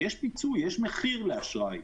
יש מחיר לאשראי.